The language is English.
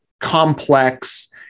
complex